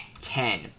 ten